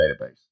database